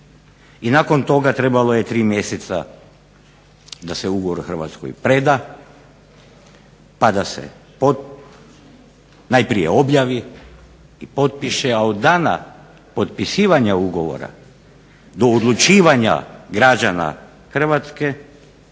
I nakon toga trebalo je 3 mjeseca da se ugovor Hrvatskoj preda pa da se najprije objavi i potpiše, a od dana potpisivanja ugovora do odlučivanja građana Hrvatske